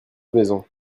maisons